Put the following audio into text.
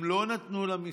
הם לא נתנו למסעדות.